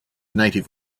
native